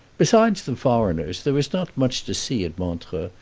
besides the foreigners, there is not much to see at montreux,